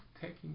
taking